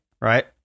Right